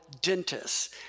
dentists